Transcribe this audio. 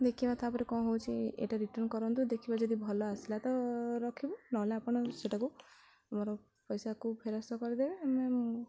ଦେଖିବା ତା'ପରେ କ'ଣ ହେଉଛି ଏଇଟା ରିଟର୍ଣ୍ଣ କରନ୍ତୁ ଦେଖିବା ଯଦି ଭଲ ଆସିଲା ତ ରଖିବୁ ନହେଲେ ଆପଣ ସେଟାକୁ ଆମର ପଇସାକୁ ଫେରସ୍ତ କରିଦେବେ ଆମେ ମୁଁ